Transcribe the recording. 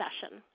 session